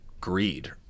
greed